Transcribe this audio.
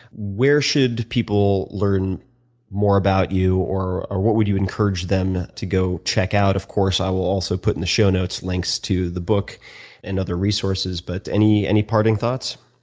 where should people learn more about you or or what would you encourage them to go check out? of course, i will also put in the show notes links to the book and other resources but any any parting thoughts?